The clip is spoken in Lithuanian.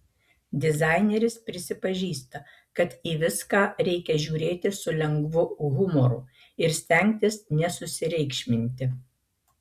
dizaineris prisipažįsta kad į viską reikia žiūrėti su lengvu humoru ir stengtis nesusireikšminti